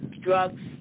drugs